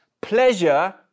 pleasure